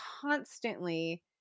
constantly